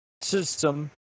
System